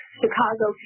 chicago